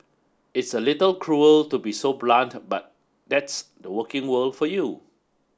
it's a little cruel to be so blunt but that's the working world for you